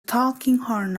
tulkinghorn